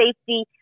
safety